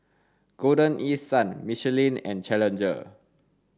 Golden East Sun Michelin and Challenger